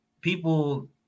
People